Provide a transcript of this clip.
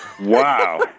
Wow